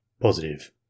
Positive